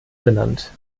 benannt